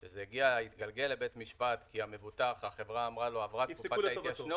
וזה התגלגל לבית משפט כי החברה אמרה למבוטח שעברה תקופת ההתיישנות,